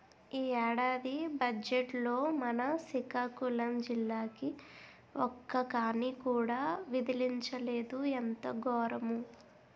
ఈ ఏడాది బజ్జెట్లో మన సికాకులం జిల్లాకి ఒక్క కానీ కూడా విదిలించలేదు ఎంత గోరము